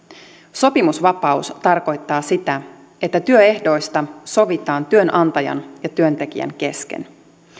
sopimusvapaus tarkoittaa sitä että työehdoista sovitaan työnantajan ja työntekijän kesken